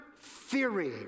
theory